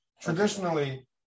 traditionally